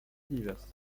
diverses